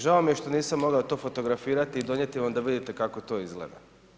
Žao mi je što nisam mogao to fotografirati i donijeti vam da vidite kako to izgleda.